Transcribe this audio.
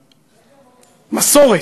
מסורת.